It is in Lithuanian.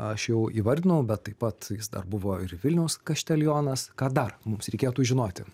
aš jau įvardinau bet taip pat jis dar buvo ir vilniaus kaštelionas ką dar mums reikėtų žinoti